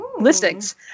listings